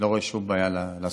אני לא רואה שום בעיה לעשות.